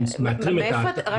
אנחנו מאתרים את ה --- סליחה,